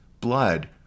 blood